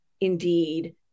indeed